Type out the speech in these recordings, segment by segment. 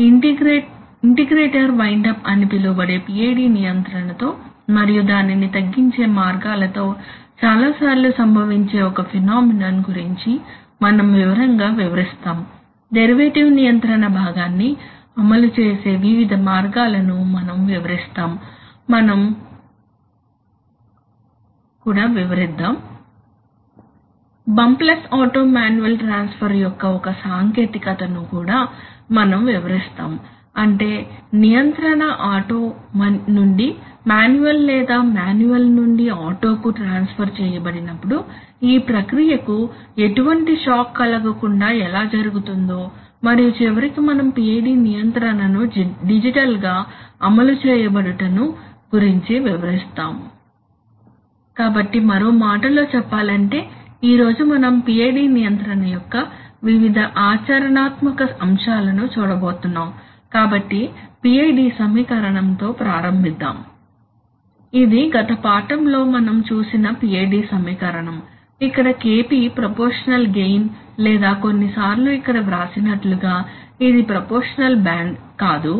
రెండవది integrator wind up అని పిలువబడే PID నియంత్రణతో మరియు దానిని తగ్గించే మార్గాలతో చాలాసార్లు సంభవించే ఒక ఫెనొమెనొన్ గురించి మనం వివరంగా వివరిస్తాము డెరివేటివ్ నియంత్రణ భాగాన్ని అమలు చేసే వివిధ మార్గాలను మనం వివరిస్తాము మనం కూడా వివరిస్తాము - బంప్లెస్ ఆటో మాన్యువల్ ట్రాన్స్ఫర్ యొక్క ఒక సాంకేతికతను కూడా మనం వివరిస్తాము అంటే నియంత్రణ ఆటో నుండి మాన్యువల్ లేదా మాన్యువల్ నుండి ఆటో కు ట్రాన్స్ఫర్ చేయబడినప్పుడు ఈ ప్రక్రియకు ఎటువంటి షాక్ కలగకుండా ఎలా జరుగుతుందో మరియు చివరికి మనం PID నియంత్రణ ను డిజిటల్ గా అమలు చేయబడుట ను గురించి వివరిస్తాము కాబట్టి మరో మాటలో చెప్పాలంటే ఈ రోజు మనం PID నియంత్రణ యొక్క వివిధ ఆచరణాత్మక అంశాలను చూడబోతున్నాం కాబట్టి PID సమీకరణం తో ప్రారంభిద్దాం ఇది గత పాఠంలో మనం చూసిన PID సమీకరణం ఇక్కడ KP ప్రపోర్షషనల్ గెయిన్ లేదా కొన్నిసార్లు ఇక్కడ వ్రాసినట్లుగా ఇది ప్రపోర్షషనల్ బ్యాండ్ కాదు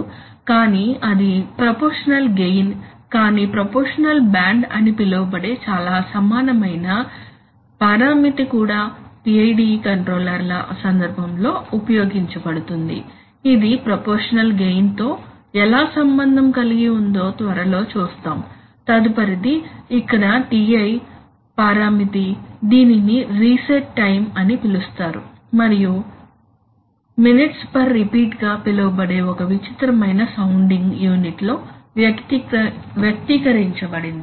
కానీ అది ప్రపోర్షషనల్ గెయిన్ కానీ ప్రపోర్షషనల్ బ్యాండ్ అని పిలువబడే చాలా సమానమైన పరామితి కూడా PID కంట్రోలర్ల సందర్భంలో ఉపయోగించబడుతుంది ఇది ప్రపోర్షషనల్ గెయిన్ తో ఎలా సంబంధం కలిగి ఉందో త్వరలో చూస్తాము తదుపరిది ఇక్కడ Ti పారామితి దీనిని రీసెట్ టైం అని పిలుస్తారు మరియు మినిట్స్ పర్ రిపీట్ గా పిలువబడే ఒక విచిత్రమైన సౌండింగ్ యూనిట్ లో వ్యక్తీకరించబడింది